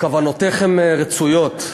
כוונותיכם רצויות,